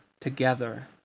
Together